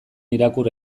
irakur